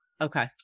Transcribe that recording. Okay